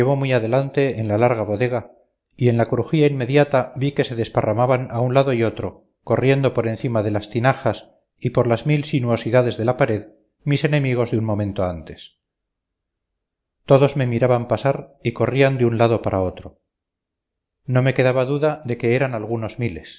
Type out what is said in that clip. muy adelante en la larga bodega y en la crujía inmediata vi que se desparramaban a un lado y otro corriendo por encima de las tinajas y por las mil sinuosidades de la pared mis enemigos de un momento antes todos me miraban pasar y corrían de un lado para otro no me quedaba duda de que eran algunos miles